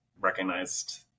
recognized